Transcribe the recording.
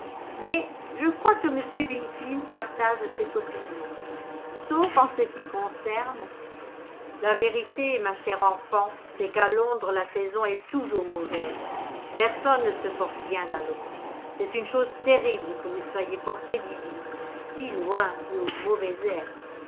mais je crois que m wingfield partage cette opinion sauf en ce qui concerne la vérité ma chère enfant c'est qu'à londres la saison est toujours mauvaise personne ne se porte bien à londres c'est une chose terrible que vous soyez forcée d'y vivre si loin et au mauvais air